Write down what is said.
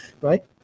right